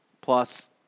plus